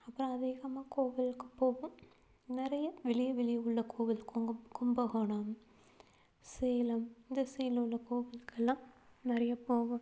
அப்புறோம் அதிகமாக கோவிலுக்கு போவோம் நிறைய வெளிய வெளியே உள்ள கோவில் குங்கும் கும்பகோணம் சேலம் இந்த சைடில் உள்ள கோவிலுக்கெல்லாம் நிறைய போவோம்